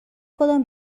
کدام